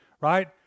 right